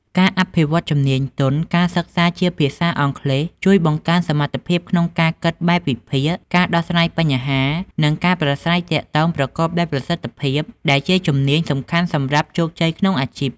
ការអភិវឌ្ឍន៍ជំនាញទន់ ការសិក្សាជាភាសាអង់គ្លេសជួយបង្កើនសមត្ថភាពក្នុងការគិតបែបវិភាគ ការដោះស្រាយបញ្ហា និងការប្រាស្រ័យទាក់ទងប្រកបដោយប្រសិទ្ធភាព ដែលជាជំនាញសំខាន់សម្រាប់ជោគជ័យក្នុងអាជីព។